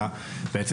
מה בעצם,